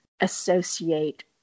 associate